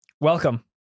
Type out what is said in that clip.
welcome